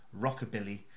rockabilly